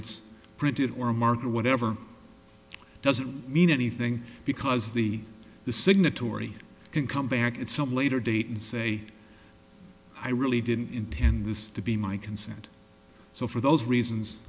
it's printed or a marker whatever doesn't mean anything because the the signatory can come back at some later date and say i really didn't intend this to be my consent so for those reasons